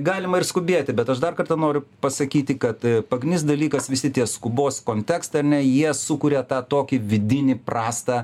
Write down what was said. galima ir skubėti bet aš dar kartą noriu pasakyti kad pagrindinis dalykas visi tie skubos kontekstą ar ne jie sukuria tą tokį vidinį prastą